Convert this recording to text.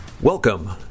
Welcome